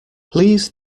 please